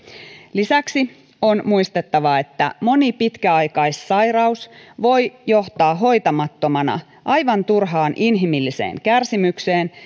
lisäksi on muistettava että moni pitkäaikaissairaus voi johtaa hoitamattomana aivan turhaan inhimilliseen kärsimykseen